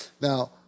Now